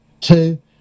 Two